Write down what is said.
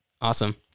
Awesome